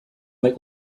make